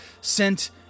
sent